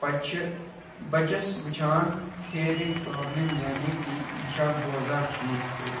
پَتہٕ چھِ بَچَس وٕچھان ہیرِنٛگ پرٛابلِم یعنی کہِ یہِ چھےٚ بوزان ٹھیٖک پٲٹھۍ